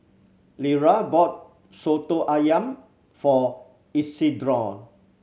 Lera bought Soto Ayam for Isidro